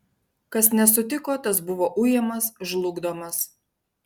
kas nesutiko tas buvo ujamas žlugdomas